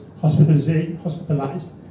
hospitalized